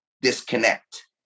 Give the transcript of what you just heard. disconnect